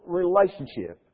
relationship